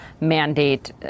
mandate